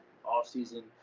off-season